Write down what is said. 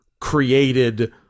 created